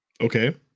Okay